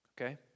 okay